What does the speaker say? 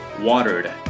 watered